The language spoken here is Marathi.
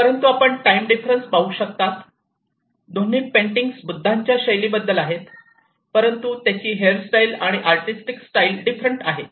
परंतु आपण टाईम डिफरन्स पाहू शकता दोन्ही पेंटिंग बुद्धांच्या शैलीबद्दल आहेत परंतु त्यांची हेअरस्टाईल आणि आर्टिस्टिक स्टाईल डिफरंट आहेत